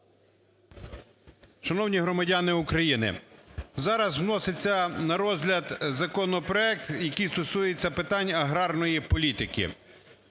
Шановній громадяни України! Зараз вноситься на розгляд законопроект, який стосується питань аграрної політики.